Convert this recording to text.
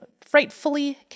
frightfully